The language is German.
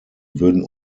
würden